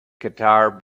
guitar